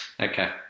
Okay